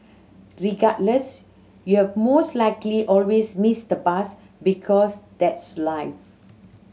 regardless you've most likely always miss the bus because that's life